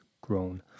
grown